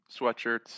sweatshirts